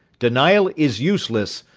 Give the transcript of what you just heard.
denial is useless.